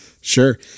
sure